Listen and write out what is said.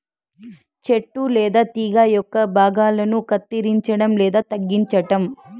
చెట్టు లేదా తీగ యొక్క భాగాలను కత్తిరించడం లేదా తగ్గించటం